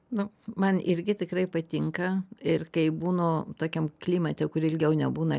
nu man irgi tikrai patinka ir kai būnu tokiam klimate kur ilgiau nebūna